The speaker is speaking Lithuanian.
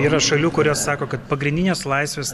yra šalių kurios sako kad pagrindinės laisvės